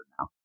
now